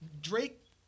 Drake